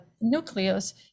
nucleus